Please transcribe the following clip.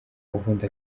ubundi